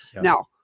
now